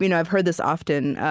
you know i've heard this often,